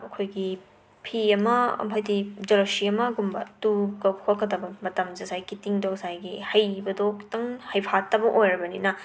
ꯑꯩꯈꯣꯏꯒꯤ ꯐꯤ ꯑꯃ ꯍꯥꯏꯗꯤ ꯖꯔꯁꯤ ꯑꯃꯒꯨꯝꯕ ꯇꯨꯕ ꯈꯣꯠꯀꯗꯕ ꯃꯇꯝꯁꯦ ꯉꯁꯥꯏ ꯀꯤꯇꯤꯡ ꯉꯁꯥꯏꯒꯤ ꯍꯩꯕꯗꯣ ꯈꯤꯇꯪ ꯍꯩꯐꯥꯠꯇꯕ ꯑꯣꯏꯔꯕꯅꯤꯅ